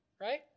right